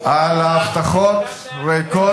על הבטחות ריקות מתוכן,